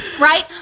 right